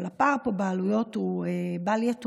אבל הפער פה בעלויות הוא בל-יתואר.